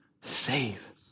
save